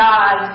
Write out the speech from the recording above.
God